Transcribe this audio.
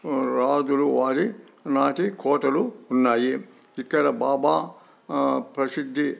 రాజుల వారి నాటి కోటలు ఉన్నాయి ఇక్కడ బాబా ప్రసిద్ధి